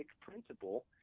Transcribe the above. principle